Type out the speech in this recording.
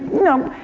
you know,